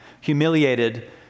Humiliated